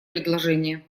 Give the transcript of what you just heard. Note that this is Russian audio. предложение